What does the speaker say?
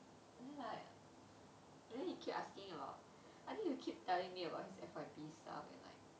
and then like and then he keep asking about I think you keep telling me about his F_Y_P stuff and like